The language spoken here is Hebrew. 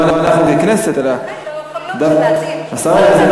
לא אנחנו ככנסת, אלא, לא יכול להיות,